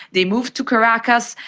they moved to caracas,